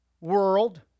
world